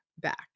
back